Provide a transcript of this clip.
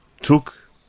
Took